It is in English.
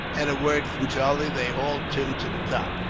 at a word from charlie, they hauled tim to the top.